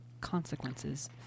consequences